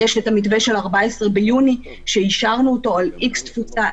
יש המתווה של ה-14 ביוני שאישרנו על X תפוצה,